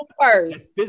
first